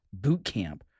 Bootcamp